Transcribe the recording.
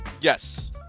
Yes